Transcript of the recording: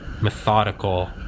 methodical